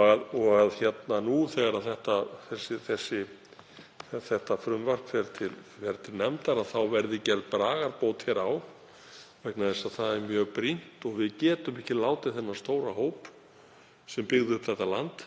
að sér og nú þegar þetta frumvarp fer til nefndar verði gerð bragarbót hér á vegna þess að það er mjög brýnt og við getum ekki látið þann stóra hóp sem byggði upp þetta land